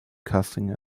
casting